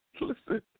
listen